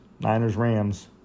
Niners-Rams